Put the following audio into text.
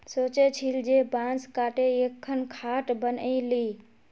सोचे छिल जे बांस काते एकखन खाट बनइ ली